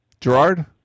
Gerard